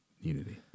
unity